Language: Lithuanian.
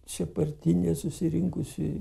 čia partinė susirinkusi